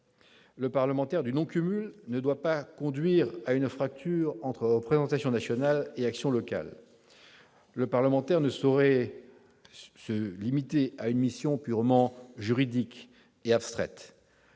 Le Parlement du non-cumul ne doit pas conduire à une fracture entre représentation nationale et action locale. Le mandat du parlementaire ne saurait être une mission purement juridique, textuelle